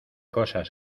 cosas